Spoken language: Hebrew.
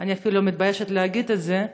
אני אפילו מתביישת להגיד את זה,